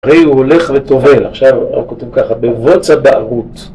הרי הוא הולך וטובל, עכשיו הוא כותב ככה, בבוץ הבערות.